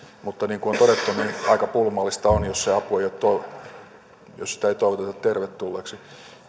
mutta niin kuin on todettu aika pulmallista on jos sitä apua ei toivoteta tervetulleeksi